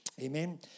Amen